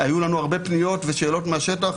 היו לנו הרבה פניות ושאלות מהשטח,